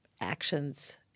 actions